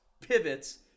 pivots